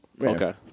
okay